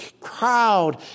crowd